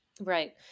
Right